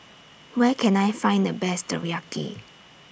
Where Can I Find The Best Teriyaki